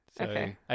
Okay